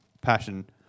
passion